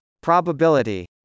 Probability